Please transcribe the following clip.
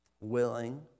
willing